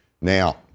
Now